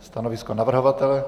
Stanovisko navrhovatele?